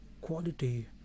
quality